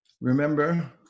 Remember